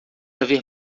haver